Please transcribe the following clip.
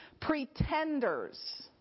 Pretenders